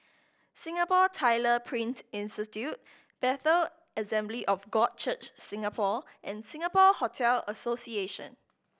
Singapore Tyler Print Institute Bethel Assembly of God Church Singapore and Singapore Hotel Association